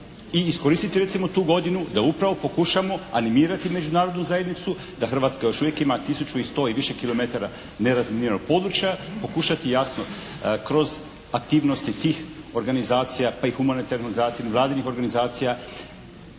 iskoristiti recimo tu godinu da upravo pokušamo animirati međunarodnu zajednicu da Hrvatska još uvijek ima tisuću i 100 i više kilometara nerazminiranog područja, pokušati jasno kroz aktivnosti tih organizacija, pa i humanitarnih organizacija, Vladinih organizacija